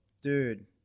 Dude